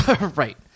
Right